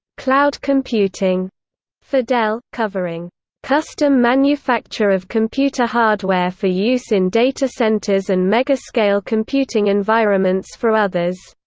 cloud computing for dell, covering custom manufacture of computer hardware for use in data centers and mega-scale computing environments for others,